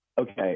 Okay